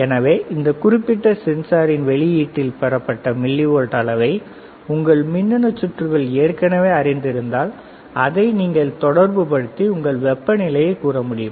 எனவே இந்த குறிப்பிட்ட சென்சாரின் வெளியீட்டில் பெறப்பட்ட மில்லிவோல்ட் அளவை உங்கள் மின்னணு சுற்றுகள் ஏற்கனவே அறிந்திருந்தால் அதை நீங்கள் தொடர்புபடுத்தி உங்களால் வெப்பநிலையை கூறமுடியும்